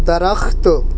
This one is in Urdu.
درخت